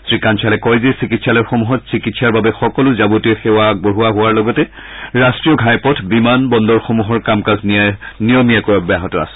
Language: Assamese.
শ্ৰীকাঞ্চালে কয় যে চিকিৎসালয়সমূহত চিকিৎসাৰ বাবে সকলো যাৱতীয় সেৱা আগব ঢ়োৱা হোৱাৰ লগতে ৰাষ্ট্ৰীয় ঘাইপথ বিমান বন্দৰসমূহৰ কাম কাজ নিয়মীয়াকৈ অব্যাহত আছে